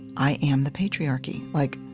i am the patriarchy, like